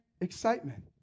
excitement